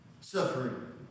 suffering